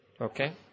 Okay